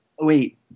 wait